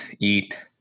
eat